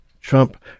Trump